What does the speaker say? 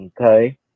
Okay